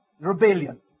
Rebellion